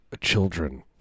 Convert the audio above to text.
children